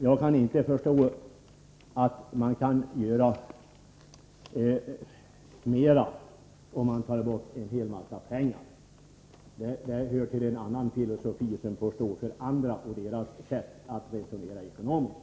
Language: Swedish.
Jag kan inte förstå hur man kan åstadkomma mer om man tar bort en massa pengar — det är en filosofi som får stå för andra och deras sätt att resonera ekonomiskt.